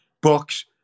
books